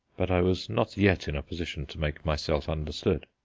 but i was not yet in a position to make myself understood.